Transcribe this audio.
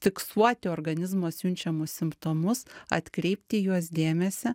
fiksuoti organizmo siunčiamus simptomus atkreipt į juos dėmesį